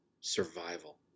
survival